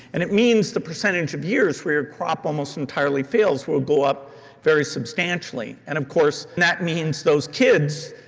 and it means the percentage of years where your crop almost entirely fails will go up very substantially. and of course that means those kids,